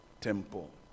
temple